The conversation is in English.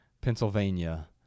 Pennsylvania